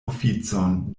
oficon